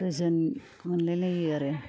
गोजोन मोनलाय लायो आरो